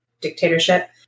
dictatorship